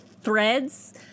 threads